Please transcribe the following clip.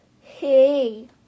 Hey